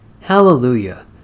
Hallelujah